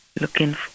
looking